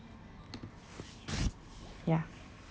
yeah